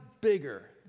bigger